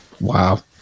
Wow